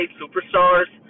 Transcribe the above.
superstars